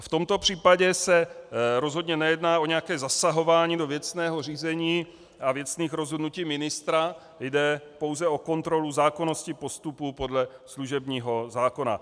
V tomto případě se rozhodně nejedná o nějaké zasahování do věcného řízení a věcných rozhodnutí ministra, jde pouze o kontrolu zákonnosti postupu podle služebního zákona.